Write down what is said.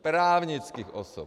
Právnických osob!